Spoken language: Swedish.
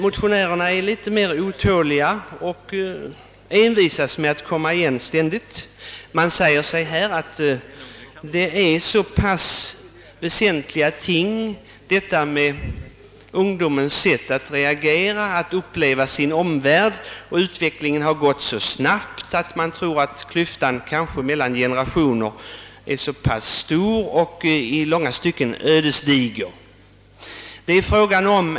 Motionärerna är emellertid inte lika tålmodiga som utskottsmajoriteten och envisas därför med att komma igen gång på gång. De anser att frågan om ungdomens sätt att reagera och att uppleva sin omvärld är så pass väsentlig att den bör tas upp till behandling snarast möjligt. Utvecklingen har på alla områden varit så snabb att klyftan mellan generationerna har blivit i långa stycken ödesdiger.